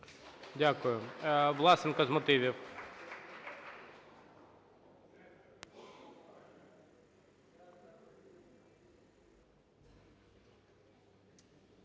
Дякую. Власенко з мотивів.